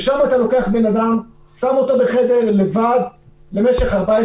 ששם אתה לוקח בן אדם ושם אותו בחדר לבד במשך 14